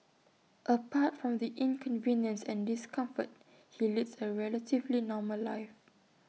apart from the inconvenience and discomfort he leads A relatively normal life